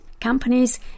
companies